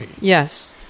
Yes